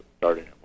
starting